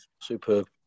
Superb